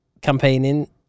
campaigning